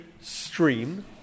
stream